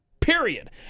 Period